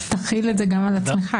תחיל את זה גם על עצמך.